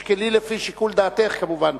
אז תשקלי לפי שיקול דעתך, כמובן.